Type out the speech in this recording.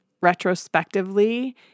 retrospectively